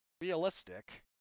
realistic